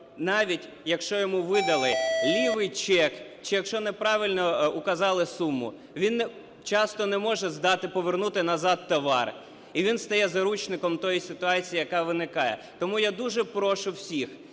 навіть якщо йому видали "лівий" чек, чи якщо неправильно вказали суму, він часто не може здати, повернути назад товар, і він стає заручником тої ситуації, яка виникає. Тому я дуже прошу всіх,